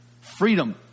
freedom